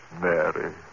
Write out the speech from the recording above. Mary